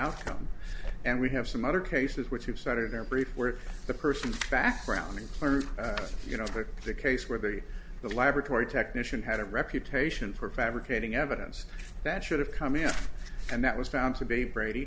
outcome and we have some other cases which have started their brief where the person's background includes you know what the case where the the laboratory technician had a reputation for fabricating evidence that should have come in and that was found to be brady